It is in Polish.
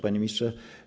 Panie Ministrze!